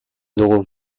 dugu